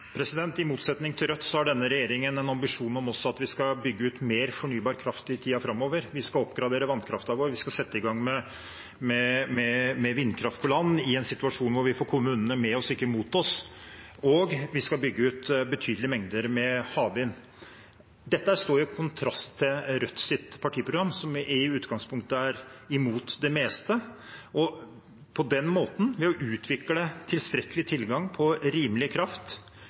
I motsetning til Rødt har denne regjeringen en ambisjon om at vi skal bygge ut mer fornybar kraft i tiden framover. Vi skal oppgradere vannkraften vår. Vi skal sette i gang med vindkraft på land i en situasjon hvor vi får kommunene med oss, ikke mot oss, og vi skal bygge ut betydelige mengder med havvind. Dette står i kontrast til Rødt sitt partiprogram, som i utgangspunktet er imot det meste. På den måten – ved å utvikle tilstrekkelig tilgang på rimelig kraft